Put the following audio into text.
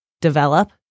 develop